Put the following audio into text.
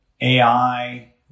AI